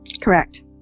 correct